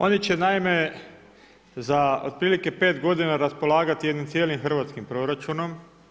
Oni će, naime, za otprilike 5 godina raspolagati jednim cijelim hrvatskim proračunom.